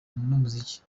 n’umuziki